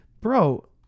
bro